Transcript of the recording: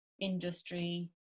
industry